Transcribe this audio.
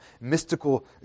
mystical